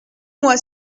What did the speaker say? moi